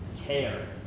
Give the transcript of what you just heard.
Care